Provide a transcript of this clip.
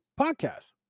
podcast